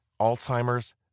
Alzheimer's